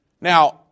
Now